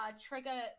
trigger